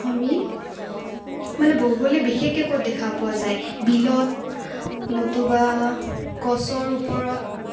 আমি মানে বগলী বিশেষকৈ ক'ত দেখা পোৱা যায় বিলত নতুবা গছৰ ওপৰত